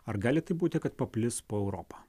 ar gali taip būti kad paplis po europą